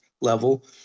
level